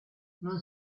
non